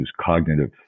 cognitive